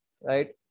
Right